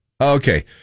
Okay